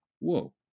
Whoa